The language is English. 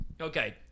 Okay